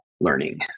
learning